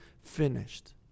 finished